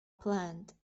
planned